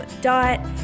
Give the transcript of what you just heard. Dot